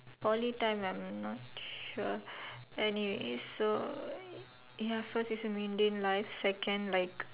Poly time I'm not sure anyways so ya first is a mundane life second like